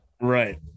right